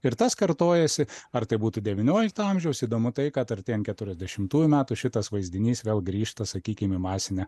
ir tas kartojasi ar tai būtų devyniolikto amžiaus įdomu tai kad artėjant keturiasdešimtųjų metų šitas vaizdinys vėl grįžta sakykim į masinę